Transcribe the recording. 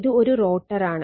ഇത് ഒരു റോട്ടറാണ്